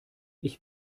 ich